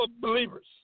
believers